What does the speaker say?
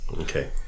Okay